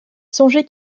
songez